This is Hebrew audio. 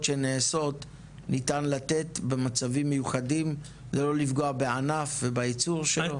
שנעשות ניתן לתת במצבים מיוחדים כדי לא לפגוע בענף וביצור שלו.